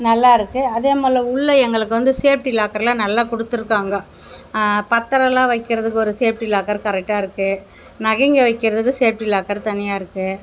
நல்லாயிருக்கு அதே போல உள்ள எங்களுக்கு வந்து சேஃப்டி லாக்கரெலாம் நல்லா கொடுத்துருக்காங்க பத்திரம்லாம் வைக்கிறதுக்கு ஒரு சேஃப்ட்டி லாக்கர் கரெட்டாக இருக்குது நகைங்கள் வைக்கிறதுக்கு சேஃப்ட்டி லாக்கர் தனியாக இருக்குது